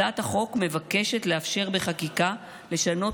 הצעת החוק מבקשת לאפשר בחקיקה לשנות